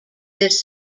this